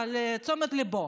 לתשומת ליבו.